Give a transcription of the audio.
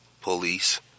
Police